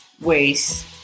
ways